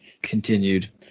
continued